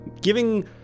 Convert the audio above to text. giving